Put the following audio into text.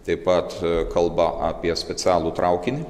taip pat kalba apie specialų traukinį